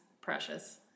precious